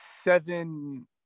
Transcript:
seven